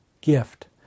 gift